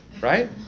right